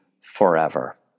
forever